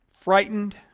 Frightened